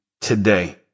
today